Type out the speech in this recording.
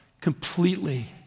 completely